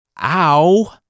Ow